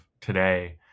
today